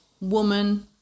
woman